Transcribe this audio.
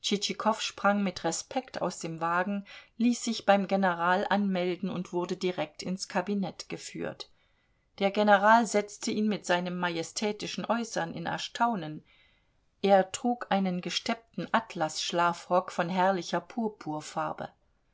tschitschikow sprang mit respekt aus dem wagen ließ sich beim general anmelden und wurde direkt ins kabinett geführt der general setzte ihn mit seinem majestätischen äußern in erstaunen er trug einen gesteppten atlasschlafrock von herrlicher